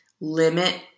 Limit